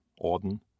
Auden